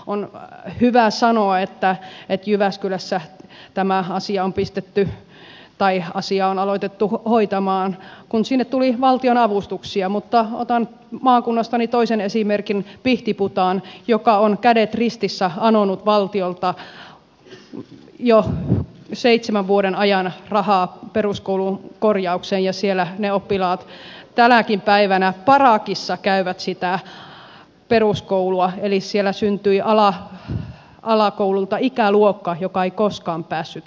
on hyvä sanoa että jyväskylässä tätä asiaa on aloitettu hoitamaan kun sinne tuli valtionavustuksia mutta otan maakunnastani toisen esimerkin pihtiputaan joka on kädet ristissä anonut valtiolta jo seitsemän vuoden ajan rahaa peruskoulun korjaukseen ja siellä ne oppilaat tänäkin päivänä parakissa käyvät sitä peruskoulua eli siellä syntyi alakoululta ikäluokka joka ei koskaan päässyt niin sanottu